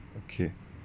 okay